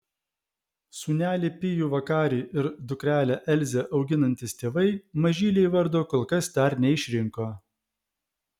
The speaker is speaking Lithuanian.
sūnelį pijų vakarį ir dukrelę elzę auginantys tėvai mažylei vardo kol kas dar neišrinko